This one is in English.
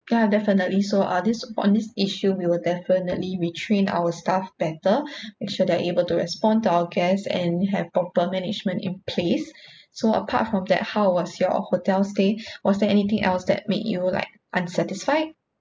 ya definitely so uh this on this issue we will definitely retrain our staff better make sure they are able to respond to our guests and have proper management in place so apart from that how was your hotel stay was there anything else that make you like unsatisfied